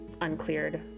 Uncleared